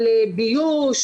על ביוש,